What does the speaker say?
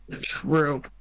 True